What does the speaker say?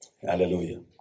Hallelujah